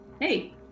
hey